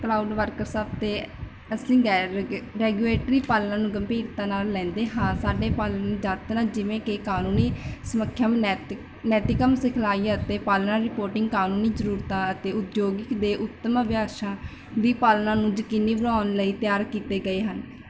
Cloudworks 'ਤੇ ਅਸੀਂ regulatory ਪਾਲਣਾ ਨੂੰ ਗੰਭੀਰਤਾ ਨਾਲ ਲੈਂਦੇ ਹਾਂ ਸਾਡੇ ਪਾਲਣਾ ਯਤਨ ਜਿਵੇਂ ਕਿ ਕਾਨੂੰਨੀ ਸਮਾਖਿਅਮ ਨੈਤਿ ਨੈਤਿਕਮ ਸਿਖਲਾਈ ਅਤੇ ਪਾਲਣਾ ਰਿਪੋਰਟਿੰਗ ਕਾਨੂੰਨੀ ਜ਼ਰੂਰਤਾਂ ਅਤੇ ਉਦਯੋਗਿਕ ਦੇ ਉੱਤਮ ਅਭਿਆਸਾਂ ਦੀ ਪਾਲਣਾ ਨੂੰ ਯਕੀਨੀ ਬਣਾਉਣ ਲਈ ਤਿਆਰ ਕੀਤੇ ਗਏ ਹਨ